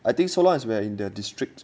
I think so long as you were in their district